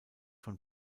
von